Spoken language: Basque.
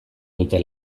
dute